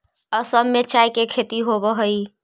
असम में चाय के खेती होवऽ हइ